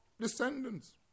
descendants